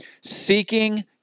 Seeking